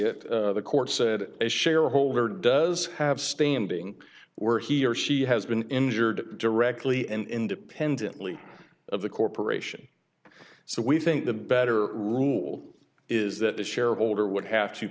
it the court said as shareholder does have standing were he or she has been injured directly and independently of the corporation so we think the better rule is that the shareholder would have to